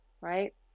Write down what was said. right